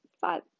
five